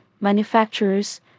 manufacturers